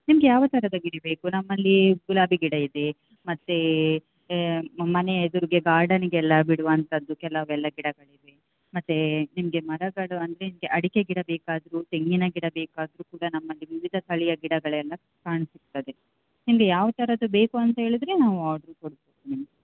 ನಿಮಗೆ ಯಾವ ಥರದ ಗಿಡ ಬೇಕು ನಮ್ಮಲ್ಲಿ ಗುಲಾಬಿ ಗಿಡ ಇದೆ ಮತ್ತು ಮನೆ ಎದುರಿಗೆ ಗಾರ್ಡನಿಗೆಲ್ಲ ಬಿಡುವಂಥದ್ದು ಕೆಲವೆಲ್ಲ ಗಿಡಗಳಿವೆ ಮತ್ತು ನಿಮಗೆ ಮರಗಳು ಅಂದರೆ ಅಡಿಕೆ ಗಿಡ ಬೇಕಾದರೂ ತೆಂಗಿನ ಗಿಡ ಬೇಕಾದರೂ ಕೂಡ ನಮ್ಮಲ್ಲಿ ವಿವಿಧ ತಳಿಯ ಗಿಡಗಳೆಲ್ಲ ಕಾಣಸಿಗ್ತದೆ ನಿಮಗೆ ಯಾವ ಥರದ್ದು ಬೇಕು ಅಂತ ಹೇಳಿದರೆ ನಾವು ಆರ್ಡರ್ ಕೊಡ್ತೀವಿ